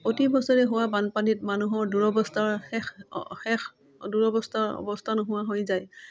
প্ৰতিবছৰে হোৱা বানপানীত মানুহৰ দূৰৱস্থাৰ শেষ শেষ দুৰৱস্থাৰ অৱস্থা নোহোৱা হৈ যায়